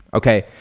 okay?